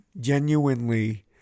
genuinely